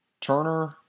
Turner